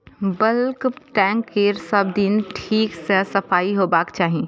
bulk tank केर सब दिन ठीक सं सफाइ होबाक चाही